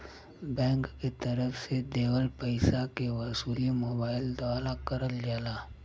bank के तरफ से देवल पइसा के वसूली मोबाइल द्वारा करल जाला